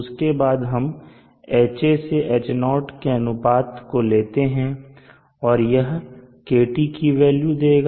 उसके बाद हम Ha से Ho के अनुपात को लेते हैं और यह आपको KT की वेल्यू देगा